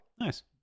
Nice